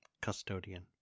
Custodian